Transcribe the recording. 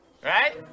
Right